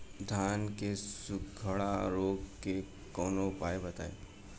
धान के सुखड़ा रोग के कौनोउपाय बताई?